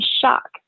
shock